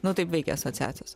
nu taip veikia asociacijos